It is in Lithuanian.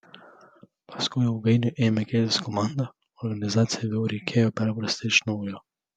paskui ilgainiui ėmė keistis komanda organizaciją vėl reikėjo perprasti iš naujo